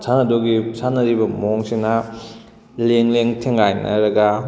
ꯁꯥꯟꯅꯗꯣꯏꯒꯤ ꯁꯥꯟꯅꯔꯤꯕ ꯃꯑꯣꯡꯁꯤꯅ ꯂꯦꯡ ꯂꯦꯡ ꯊꯦꯡꯒꯥꯏꯅꯔꯒ